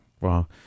wow